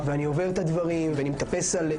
5 מיליון שקלים משרד הביטחון ועוד 19 מיליון שקלים כספים